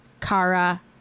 Kara